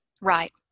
Right